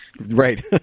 Right